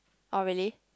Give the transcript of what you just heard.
orh really